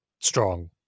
strong